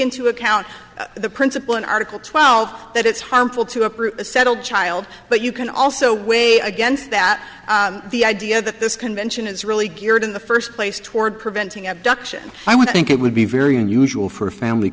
into account the principle in article twelve that it's harmful to uproot a settled child but you can also weigh against that the idea that this convention is really geared in the first place toward preventing abduction i would think it would be very unusual for a family